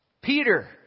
Peter